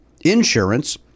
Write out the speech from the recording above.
insurance